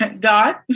God